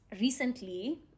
recently